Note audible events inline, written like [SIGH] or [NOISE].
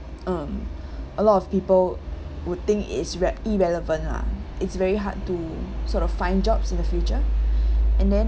um a lot of people would think it's re~ irrelevant lah it's very hard to sort of find jobs in the future [BREATH] and then